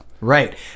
Right